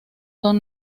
son